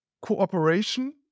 cooperation